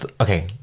okay